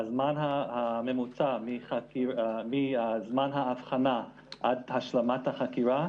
הזמן הממוצע מזמן האבחנה עד השלמת החקירה,